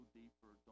deeper